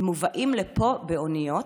הם מובאים לפה באוניות,